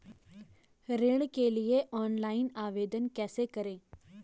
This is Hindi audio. ऋण के लिए ऑनलाइन आवेदन कैसे करें?